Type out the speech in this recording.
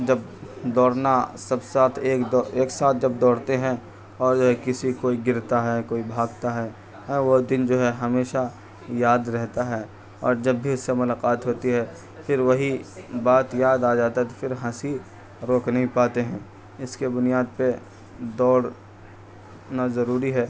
جب دوڑنا سب ساتھ ایک دو ایک ساتھ جب دوڑتے ہیں اور جو ہے کسی کوئی گرتا ہے کوئی بھاگتا ہے ہے وہ دن جو ہے ہمیشہ یاد رہتا ہے اور جب بھی اس سے ملاقات ہوتی ہے پھر وہی بات یاد آ جاتا ہے تو پھر ہنسی روک نہیں پاتے ہیں اس کے بنیاد پہ دوڑنا ضروڑی ہے